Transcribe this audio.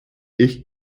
ich